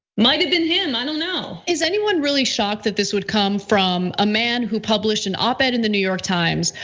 might have been him, i don't know. is anyone really shocked that this would come from a man who published an op ed in the new york times,